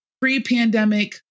pre-pandemic